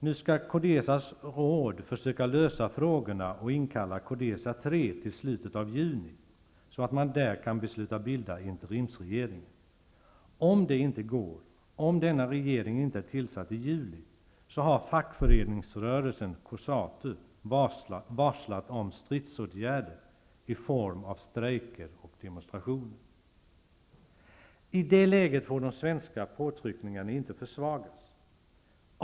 Nu skall Codesas råd försöka lösa frågorna och inkalla Codesa 3 till slutet av juni, så att man där kan besluta bilda interimsregeringen. Om det inte går, om denna regering inte är tillsatt i juli, har fackföreningsrörelsen Cosatu varslat om stridsåtgärder i form av strejker och demonstrationer. I det läget får de svenska påtryckningarna inte försvagas.